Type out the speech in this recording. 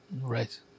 Right